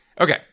Okay